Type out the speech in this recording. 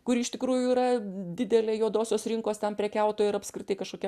kuri iš tikrųjų yra didelė juodosios rinkos ten prekiautoja ir apskritai kažkokia